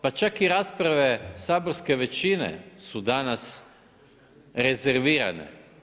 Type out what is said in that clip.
Pa čak i rasprave saborske većine su danas rezervirane.